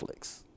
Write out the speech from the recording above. netflix